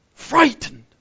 frightened